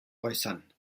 äußern